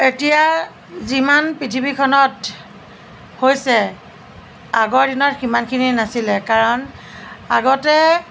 এতিয়া যিমান পৃথিৱীখনত হৈছে আগৰ দিনত সিমানখিনি নাছিলে কাৰণ আগতে